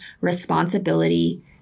responsibility